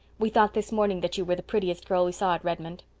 we thought this morning that you were the prettiest girl we saw at redmond.